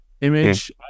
image